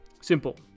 Simple